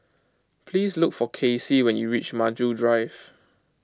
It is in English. please look for Kacy when you reach Maju Drive